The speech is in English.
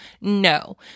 No